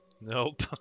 Nope